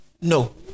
No